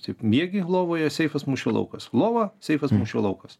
taip miegi lovoje seifas mūšio laukas lova seifas mūšio laukas